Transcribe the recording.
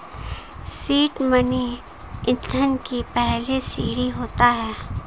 seed money ईंधन की पहली सीढ़ी होता है